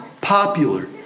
popular